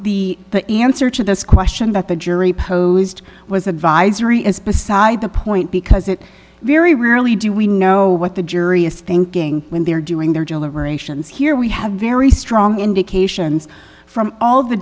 the answer to this question that the jury posed was advisory is beside the point because it very rarely do we know what the jury is thinking when they are doing their job liberations here we have very strong indications from all the